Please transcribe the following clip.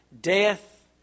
Death